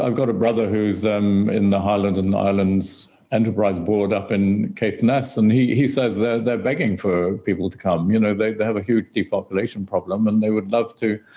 ah got a brother who is um in the highlands and islands enterprise board up in kateness and he he says they are begging for people to come, you know they they have a huge depopulation problem and they would love to